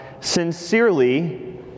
sincerely